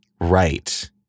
Right